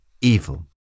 evil